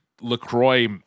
LaCroix